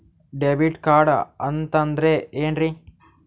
Debit card ಅಂತಂದ್ರೆ ಏನ್ರೀ?